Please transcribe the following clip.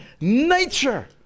nature